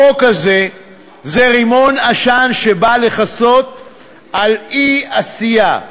החוק הזה הוא רימון עשן שבא לכסות על אי-עשייה.